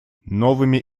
новыми